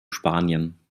spanien